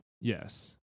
Yes